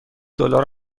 دلار